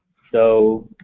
so